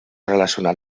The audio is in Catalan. relacionar